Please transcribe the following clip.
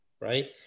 right